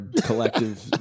collective